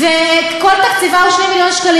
אבל עמותה שכל תקציבה הוא 2 מיליון שקלים